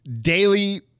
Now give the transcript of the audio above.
daily